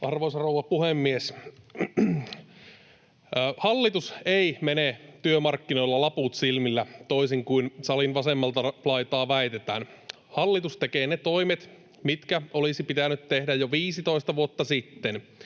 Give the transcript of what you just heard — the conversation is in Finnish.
Arvoisa rouva puhemies! Hallitus ei mene työmarkkinoilla laput silmillä toisin kuin salin vasemmalta laitaa väitetään. Hallitus tekee ne toimet, mitkä olisi pitänyt tehdä jo 15 vuotta sitten.